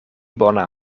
bona